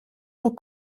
nur